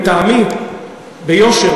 לטעמי ביושר,